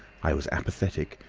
i was apathetic,